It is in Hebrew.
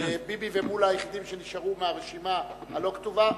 ביבי ומולה, היחידים שנשארו מהרשימה הלא-כתובה.